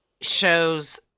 shows